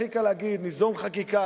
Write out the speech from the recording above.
הכי קל להגיד: ניזום חקיקה,